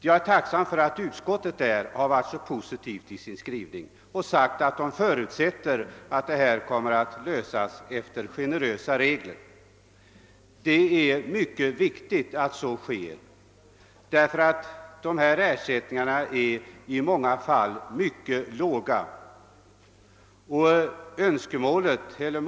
Jag är tacksam för att utskottet där har skrivit så positivt och framhållit att utskottet förutser att den frågan kommer att lösas efter generösa regler. Det är mycket viktigt att så sker. Nu är ersättningarna i många fall alldeles för låga.